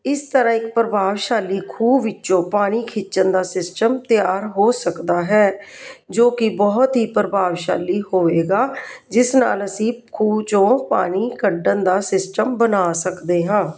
ਇਸ ਤਰ੍ਹਾਂ ਇੱਕ ਪ੍ਰਭਾਵਸ਼ਾਲੀ ਖੂਹ ਵਿੱਚੋਂ ਪਾਣੀ ਖਿੱਚਣ ਦਾ ਸਿਸਟਮ ਤਿਆਰ ਹੋ ਸਕਦਾ ਹੈ ਜੋ ਕਿ ਬਹੁਤ ਹੀ ਪ੍ਰਭਾਵਸ਼ਾਲੀ ਹੋਵੇਗਾ ਜਿਸ ਨਾਲ ਅਸੀਂ ਖੂਹ 'ਚੋਂ ਪਾਣੀ ਕੱਢਣ ਦਾ ਸਿਸਟਮ ਬਣਾ ਸਕਦੇ ਹਾਂ